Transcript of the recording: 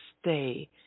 stay